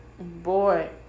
Boy